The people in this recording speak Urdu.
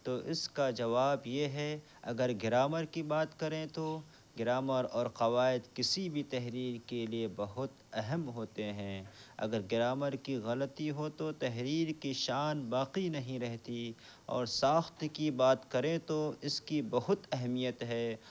تو اس کا جواب یہ ہے اگر گرامر کی بات کریں تو گرامر اور قواعد کسی بھی تحریر کے لیے بہت اہم ہوتے ہیں اگر گرامر کی غلطی ہو تو تحریر کی شان باقی نہیں رہتی اور ساخت کی بات کریں تو اس کی بہت اہمیت ہے